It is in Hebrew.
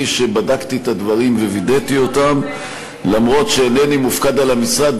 שבדקתי את הדברים ווידאתי אותם אף שאינני מופקד על המשרד.